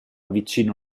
vicino